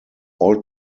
all